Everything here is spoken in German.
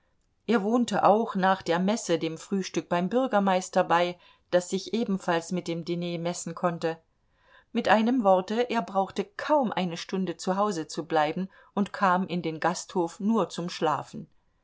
er wohnte auch nach der messe dem frühstück beim bürgermeister bei das sich ebenfalls mit dem diner messen konnte mit einem worte er brauchte kaum eine stunde zu hause zu bleiben und kam in den gasthof nur um zu schlafen